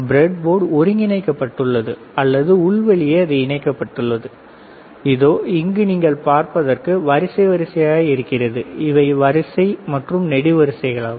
breadboard ஒருங்கிணைக்கப்பட்டுள்ளது அல்லது உள்வழியே அது இணைக்கப்பட்டுள்ளது இதோ இங்கு நீங்கள் பார்ப்பதற்கு வரிசை வரிசையாக இருக்கிறது இவை வரிசை மற்றும் நெடுவரிசைகளாகும்